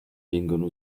vengono